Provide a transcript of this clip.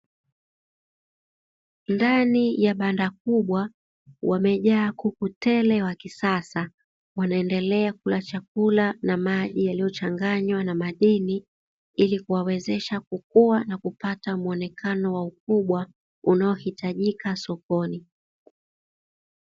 Ndani ya banda kubwa wamejaa kuku tele wa kisasa, wanaendelea kula chakula na maji yaliyochanganywa na madini ili kuwawezesha kukua na kupata muonekano wa ukubwa unaohitajika sokoni.